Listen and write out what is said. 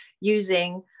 using